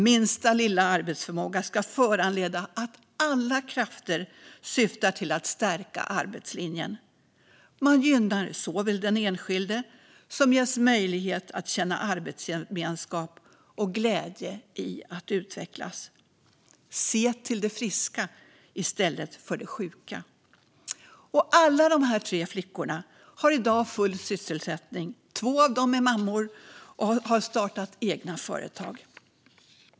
Minsta lilla arbetsförmåga ska föranleda att alla krafter syftar till att stärka arbetslinjen. Det gynnar den enskilde, som ges möjlighet att känna arbetsgemenskap och glädje i att utvecklas. Se till det friska och inte till det sjuka! Alla de tre flickorna har i dag full sysselsättning. Två av dem är mammor och har startat egna företag.